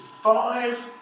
five